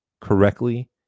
correctly